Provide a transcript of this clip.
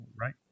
right